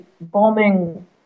bombing